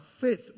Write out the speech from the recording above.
faith